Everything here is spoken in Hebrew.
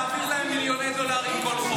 נעביר להם מיליוני דולרים כל חודש.